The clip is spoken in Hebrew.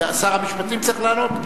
שר המשפטים צריך לענות?